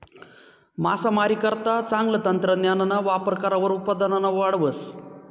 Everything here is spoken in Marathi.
मासामारीकरता चांगलं तंत्रज्ञानना वापर करावर उत्पादनमा वाढ व्हस